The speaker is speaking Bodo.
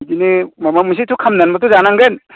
बिदिनो माबा मोनसेथ' खालामनानैबाबोथ' जानांगोन